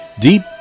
deep